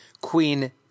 Queen